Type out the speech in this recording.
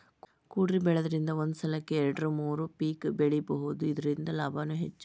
ಕೊಡಿಬೆಳಿದ್ರಂದ ಒಂದ ಸಲಕ್ಕ ಎರ್ಡು ಮೂರು ಪಿಕ್ ಬೆಳಿಬಹುದು ಇರ್ದಿಂದ ಲಾಭಾನು ಹೆಚ್ಚ